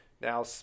now